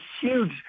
huge